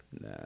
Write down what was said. Nah